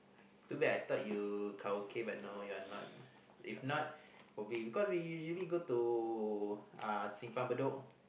too bad I thought you karaoke but you're not cause we usually go to uh uh Simpang Bedok